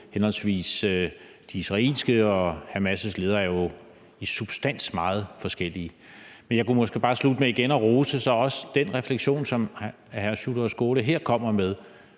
henholdsvis de israelske ledere og Hamas' ledere i substans er meget forskellige. Jeg kunne måske bare slutte med igen så at rose den refleksion, som hr. Sjúrður Skaale her kommer med,